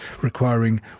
requiring